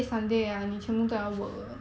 !huh!